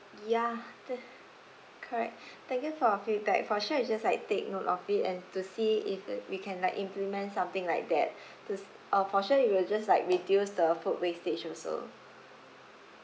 ya correct thank you for your feedback for sure we'll just like take note of it and to see if uh we can like implement something like that this uh for sure we'll just like reduce the food wastage also